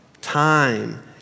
time